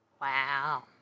Wow